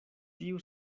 tiu